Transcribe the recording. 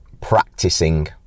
practicing